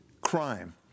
crime